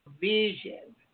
vision